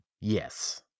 Yes